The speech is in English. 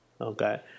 Okay